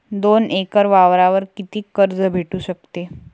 दोन एकर वावरावर कितीक कर्ज भेटू शकते?